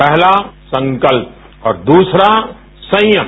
पहला संकल्प और दूसरा संयम